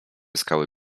skały